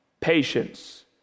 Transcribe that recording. patience